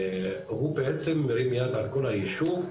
הוא בעצם מרים יד על כל היישוב,